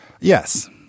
Yes